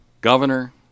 governor